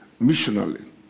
missionally